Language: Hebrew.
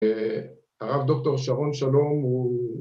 הרב דוקטור שרון שלום הוא...